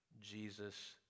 Jesus